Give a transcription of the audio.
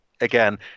again